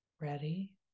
ready